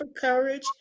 courage